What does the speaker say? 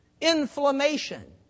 Inflammation